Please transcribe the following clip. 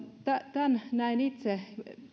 tämän näen itse